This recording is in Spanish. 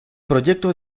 proyecto